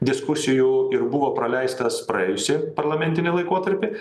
diskusijų ir buvo praleistas praėjusį parlamentinį laikotarpį